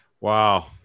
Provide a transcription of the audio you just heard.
wow